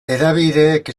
hedabideek